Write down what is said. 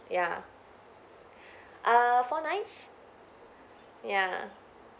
ya err four nights ya